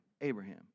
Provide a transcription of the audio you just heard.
Abraham